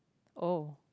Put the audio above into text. oh